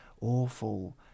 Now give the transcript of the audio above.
awful